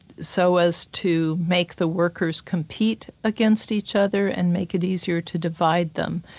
so as to make the workers compete against each other and make it easier to divide them.